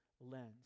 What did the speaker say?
lens